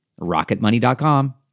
rocketmoney.com